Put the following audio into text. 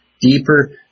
deeper